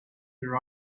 their